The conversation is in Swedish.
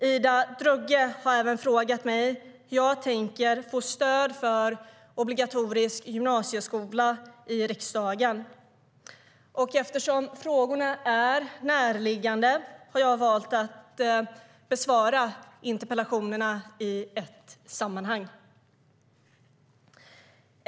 Ida Drougge har även frågat mig hur jag tänker få stöd för obligatorisk gymnasieskola i riksdagen. Eftersom frågorna är närliggande har jag valt att besvara interpellationerna i ett sammanhang.